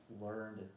learned